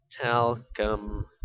Talcum